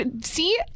see